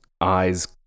eyes